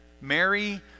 Mary